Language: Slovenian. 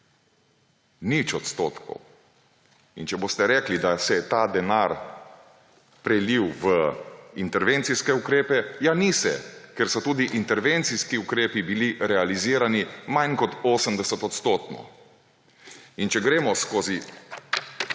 varnosti. 0 %. In če boste rekli, da se je ta denar prelil v intervencijske ukrepe, ja, ni se, ker so tudi intervencijski ukrepi bili realizirani manj kot 80-odstotno. Če gremo skozi